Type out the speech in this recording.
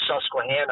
Susquehanna